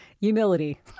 humility